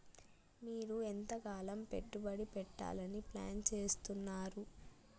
మీరు ఎంతకాలం పెట్టుబడి పెట్టాలని ప్లాన్ చేస్తున్నారు?